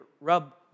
rub